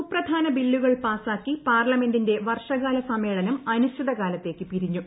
സുപ്രധാന ബില്ലുകൾ പാസാക്കി പാർലമെന്റിന്റെ വർഷകാല സമ്മേളനം അനിശ്ചിതകാലത്തേക്ക് പിരിഞ്ഞു